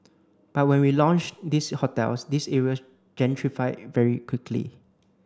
but when we launched these hotels these areas gentrified very quickly